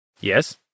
Yes